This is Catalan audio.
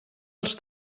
els